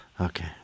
okay